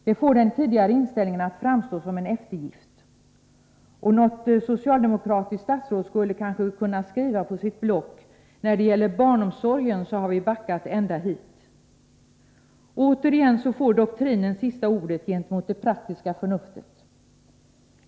Det får den tidigare inställningen att framstå som en eftergift. Något socialdemokratiskt statsråd skulle kanske kunna skriva på sitt block: När det gäller barnomsorgen har vi backat ända hit. Återigen får doktrinen sista ordet, inte det praktiska förnuftet.